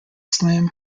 slam